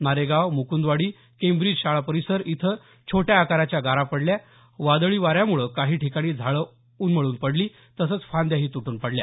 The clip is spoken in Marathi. नारेगाव मुकुंदवाडी केंब्रीज शाळा परिसर इथं छोट्या आकाराच्या गारा पडल्या वादळी वाऱ्यामुळे काही ठिकाणी झाडं उन्मळून पडली तसंच फांद्याही तुटून पडल्या